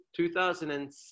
2006